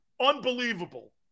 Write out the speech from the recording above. Unbelievable